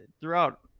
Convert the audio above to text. throughout